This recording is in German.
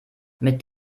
mit